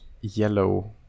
yellow